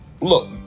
look